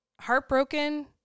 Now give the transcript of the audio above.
heartbroken